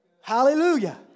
Hallelujah